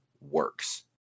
works